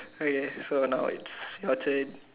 okay so now it's your turn